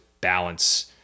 balance